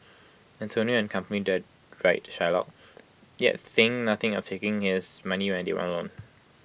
Antonio and company deride Shylock yet think nothing of taking his money when they want A loan